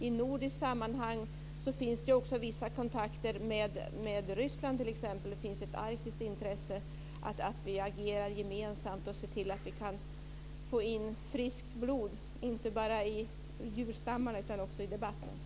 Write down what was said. I nordiskt sammanhang så finns det också vissa kontakter med t.ex. Ryssland. Det finns ju ett arktiskt intresse att vi agerar gemensamt och ser till att vi kan få in friskt blod inte bara i djurstammarna utan också i debatten.